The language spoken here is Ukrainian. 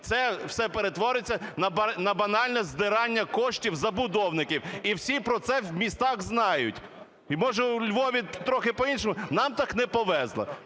це все перетвориться на банальне здирання коштів забудовників, і всі про це в містах знають. І, може, у Львові трохи по-іншому, нам так не повезло.